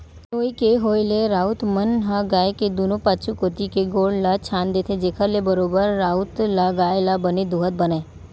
नोई के होय ले राउत मन ह गाय के दूनों पाछू कोती के गोड़ ल छांद देथे, जेखर ले बरोबर राउत ल गाय ल बने दूहत बनय